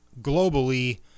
globally